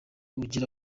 ugira